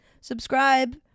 subscribe